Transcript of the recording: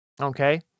okay